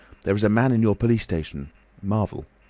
there is a man in your police station marvel.